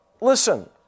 listen